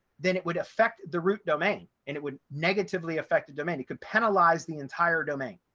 then it would affect the root domain. and it would negatively affect the domain, it could penalize the entire domain.